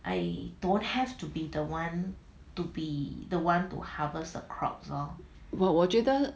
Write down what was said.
我觉得